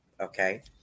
Okay